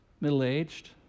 middle-aged